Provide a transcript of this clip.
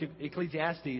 Ecclesiastes